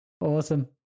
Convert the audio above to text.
Awesome